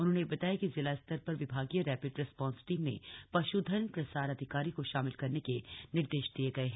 उन्होंने बताया कि जिला स्तर पर विभागीय रैपिड रिस्पांस टीम में पश्धन प्रसार अधिकारी को शामिल करने के निर्देश दिये गए हैं